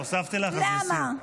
הוספתי לך, אז לסיום.